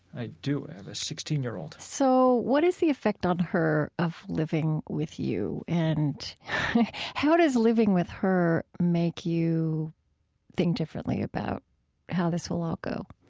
i do. i have a sixteen year old so what is the effect on her of living with you, and how does living with her make you think differently about how this will all go?